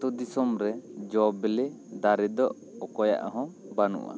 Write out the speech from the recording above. ᱟᱛᱳ ᱫᱤᱥᱚᱢ ᱨᱮ ᱡᱚ ᱵᱤᱞᱤ ᱫᱟᱨᱮ ᱫᱚ ᱚᱠᱚᱭᱟᱜ ᱦᱚᱸ ᱵᱟᱹᱱᱩᱜᱼᱟ